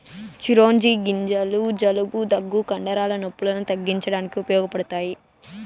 చిరోంజి గింజలు జలుబు, దగ్గు, కండరాల నొప్పులను తగ్గించడానికి ఉపయోగపడతాయి